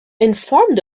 informed